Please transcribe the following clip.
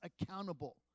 accountable